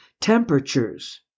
temperatures